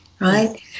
Right